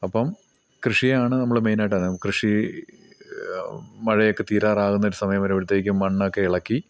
അപ്പം കൃഷിയാണ് നമ്മൾ മെയിനായിട്ട് കൃഷി മഴയൊക്കെ തീരാറാകുന്നൊരു സമയം വരെ ഇവിടുത്തേക്കും മണ്ണൊക്കെ ഇളക്കി